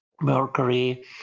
Mercury